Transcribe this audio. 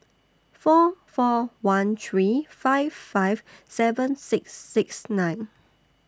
four four one three five five seven six six nine